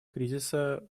кризиса